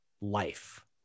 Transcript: life